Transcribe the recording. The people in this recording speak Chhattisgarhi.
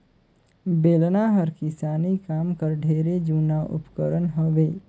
बेलना हर किसानी काम कर ढेरे जूना उपकरन हवे